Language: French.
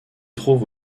trouve